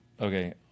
okay